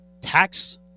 tax